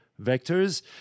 vectors